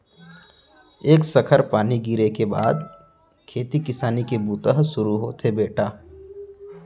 एक सखर पानी गिर लिये के बाद खेती किसानी के बूता ह सुरू होथे बेटा